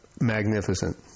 magnificent